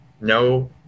No